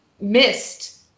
missed